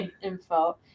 info